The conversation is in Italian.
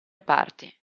parti